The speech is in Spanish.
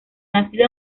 nacido